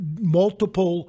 multiple